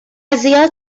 زیاد